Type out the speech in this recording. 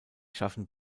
schaffen